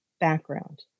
Background